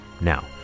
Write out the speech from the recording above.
Now